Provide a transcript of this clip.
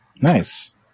Nice